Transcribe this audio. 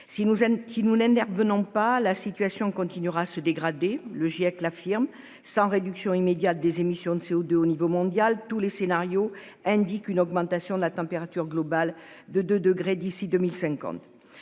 nous n'intervenons pas la situation continuera à se dégrader le GIEC l'affirme sans réduction immédiate des émissions de CO2 au niveau mondial. Tous les scénarios indique une augmentation de la température globale de 2 degrés d'ici 2050.